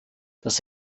das